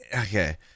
Okay